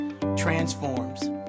transforms